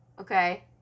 Okay